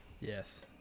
Yes